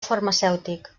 farmacèutic